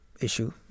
issue